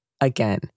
Again